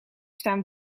staan